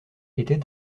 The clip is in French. était